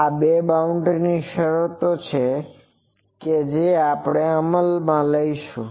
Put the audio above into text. આ બે બાઉન્ડ્રી શરતો છેજે આપણે અમલ કરીશું